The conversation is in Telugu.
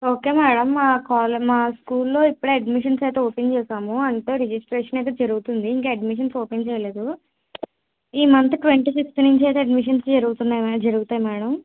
ఓకే మేడం మా కాల్ మా స్కూల్లో ఇప్పుడే అడ్మిషన్స్ అయితే ఓపెన్ చేశాము అంతా రిజిస్ట్రేషన్ అయితే జరుగుతుంది ఇంకా అడ్మిషన్స్ అయితే ఓపెన్ చేయలేదు ఈ మంత్ ట్వంటీ ఫిఫ్త్ నుంచి అయితే అడ్మిషన్స్ జరుగుతున్నాయి మేడం జరుగుతాయి మేడం